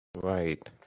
Right